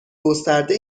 گسترده